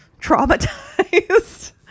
traumatized